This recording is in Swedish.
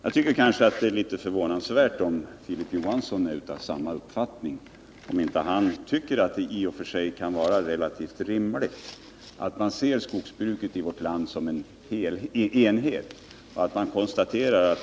Jag tycker att det är litet förvånansvärt om Filip Johansson är av samma uppfattning. Tycker inte Filip Johansson att det i och för sig kan vara relativt rimligt att se skogsbruket i vårt land som en enhet?